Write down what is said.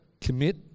commit